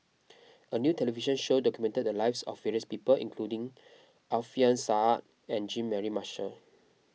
a new television show documented the lives of various people including Alfian Sa'At and Jean Mary Marshall